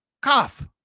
cough